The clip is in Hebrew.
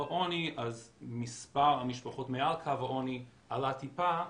העוני אז מספר המשפחות מעל קו העוני עלה טיפה,